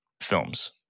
films